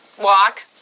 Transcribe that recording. Walk